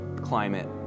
climate